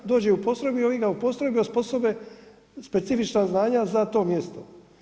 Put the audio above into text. Dođe u postrojbu i ovi ga u postrojbi osposobe, specifična znanja za to mjesto.